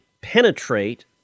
penetrate